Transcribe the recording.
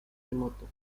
remoto